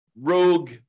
rogue